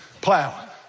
plow